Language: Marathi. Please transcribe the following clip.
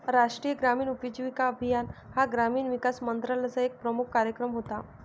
राष्ट्रीय ग्रामीण उपजीविका अभियान हा ग्रामीण विकास मंत्रालयाचा एक प्रमुख कार्यक्रम होता